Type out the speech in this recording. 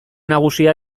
nagusia